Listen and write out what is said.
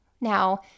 Now